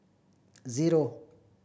zero